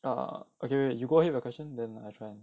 err okay wait you go ahead the question then I try